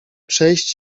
przejść